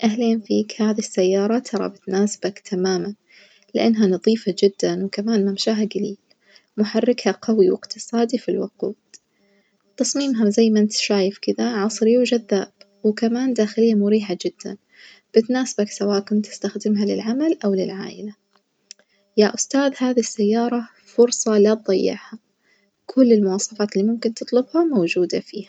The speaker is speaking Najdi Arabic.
أهلين فيك هذي السيارة ترا بتناسبك تمامًا لأنها لطيفة جدًا وكمان ممشاها جليل، محركها جوي واقتصادي في الوقود، تصميمها مزي منتا شايف كدة عصري وجذاب وكمان داخلية مريحة جدًا، بتناسبك سواء كنت تستخدمها للعمل أو للعائلة، يا أستاذ هذي السيارة فرصة لا تظيعها، كل المواصفات اللي تطلبها موجودة فيها.